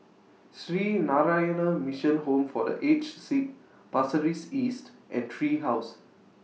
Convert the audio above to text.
Sree Narayana Mission Home For The Aged Sick Pasir Ris East and Tree House